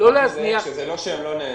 לא שלא נהנו.